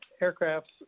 Aircraft's